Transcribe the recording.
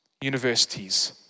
universities